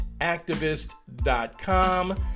activist.com